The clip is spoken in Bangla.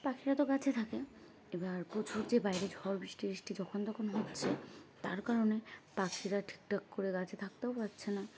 পাখিরা তো গাছে থাকে এবার প্রচুর যে বাইরে ঝড় বৃষ্টি টিষ্টি যখন তখন হচ্ছে তার কারণে পাখিরা ঠিক ঠাক করে গাছে থাকতেও পারছে না